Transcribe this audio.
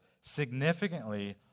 significantly